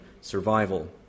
survival